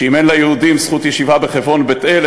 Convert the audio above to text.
שאם אין ליהודים זכות ישיבה בחברון ובבית-אל,